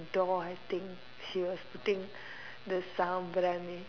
door I think she was putting the sambrani